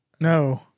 No